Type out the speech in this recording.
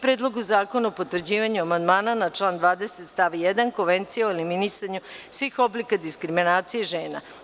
Predlog zakona o potvrđivanju Amandmana na član 20. stav 1. Konvencije o eliminisanju svih oblika diskriminacije žena.